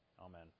Amen